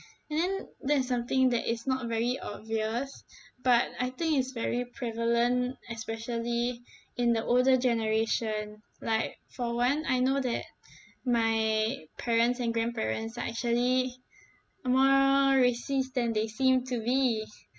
and then that is something that is not very obvious but I think it's very prevalent especially in the older generation like for one I know that my parents and grandparents are actually more racist than they seem to be